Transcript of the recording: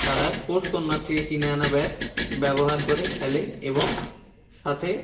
তারা sports corner থেকে কিনে আনা ব্যাট ব্যবহার করে খেলে এবং সাথে